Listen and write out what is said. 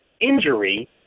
injury